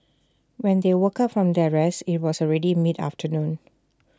when they woke up from their rest IT was already mid afternoon